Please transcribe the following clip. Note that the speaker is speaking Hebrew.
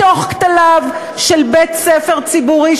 בין כתליו של בית-ספר ציבורי,